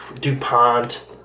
DuPont